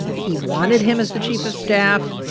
he wanted him as the chief of staff.